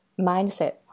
mindset